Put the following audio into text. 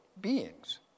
beings